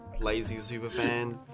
lazysuperfan